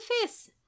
face